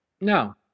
No